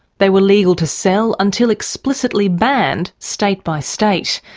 they were legal to sell until explicitly banned state by state.